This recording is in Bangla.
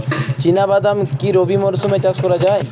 চিনা বাদাম কি রবি মরশুমে চাষ করা যায়?